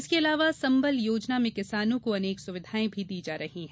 इसके अलावा संबल योजना में किसानों को अनेक सुविधायें दी जा रही है